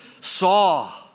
saw